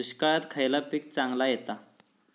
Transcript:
दुष्काळात खयला पीक चांगला येता?